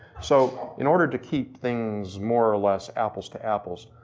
so in order to keep things more or less, apples to apples,